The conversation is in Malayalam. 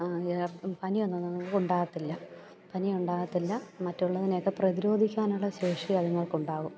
പനിയൊന്നും അത്ങ്ങൾക്ക് ഉണ്ടാകത്തില്ല പനി ഉണ്ടാകത്തില്ല മറ്റുള്ളതിനെയെക്കെ പ്രതിരോധിക്കാനുള്ള ശേഷി അത്ങ്ങൾക്ക് ഉണ്ടാകും